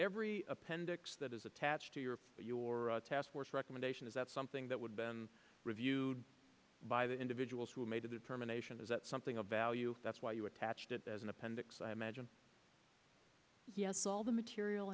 every appendix that is attached to your your taskforce recommendation is that something that would been reviewed by the individuals who made a determination is that something of value that's why you attached it as an appendix i imagine yes all the material